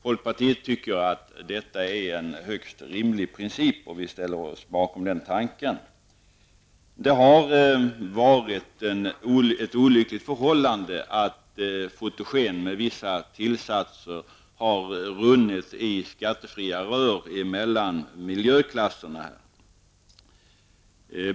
Folkpartiet tycker att det är en rimlig princip och ställer sig bakom den tanken. Det är olyckligt att fotogen med vissa tillsatser har runnit i skattefria rör mellan miljöklasserna.